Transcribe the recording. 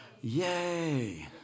Yay